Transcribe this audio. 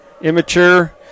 immature